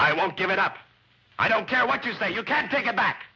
i won't give it up i don't care what you say you can take it back